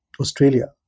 Australia